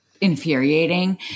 infuriating